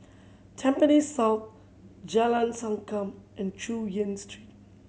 Tampines South Jalan Sankam and Chu Yen Street